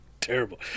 Terrible